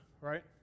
right